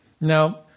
Now